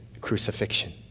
crucifixion